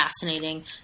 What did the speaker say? fascinating